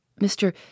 Mr